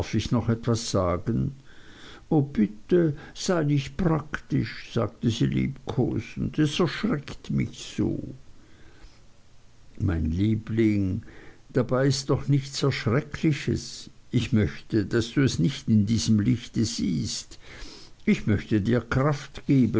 ich noch etwas sagen o bitte sei nicht praktisch sagte sie liebkosend es erschreckt mich so mein liebling dabei ist doch nichts erschreckliches ich möchte daß du es nicht in diesem lichte siehst ich möchte dir kraft geben